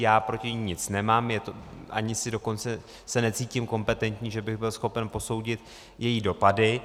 Já proti ní nic nemám, ani se dokonce necítím kompetentní, že bych byl schopen posoudit její dopady.